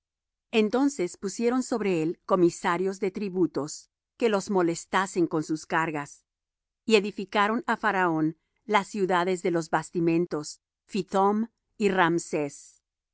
entonces pusieron sobre él comisarios de tributos que los molestasen con sus cargas y edificaron á faraón las ciudades de los bastimentos phithom y raamses